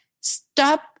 stop